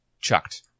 chucked